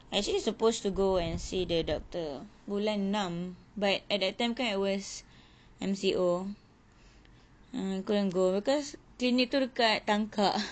actually supposed to go and see the doctor bulan enam but at that time kan I was M_C_O ah I couldn't go because clinic tu dekat tangkak